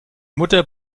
mutter